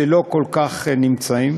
שלא כל כך נמצאים,